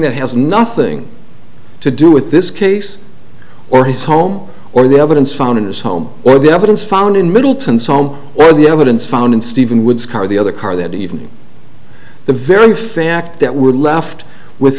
that has nothing to do with this case or his home or the evidence found in his home or the evidence found in middleton's home or the evidence found in steven wood's car the other car that even the very fact that we're left with